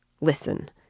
listen